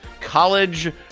college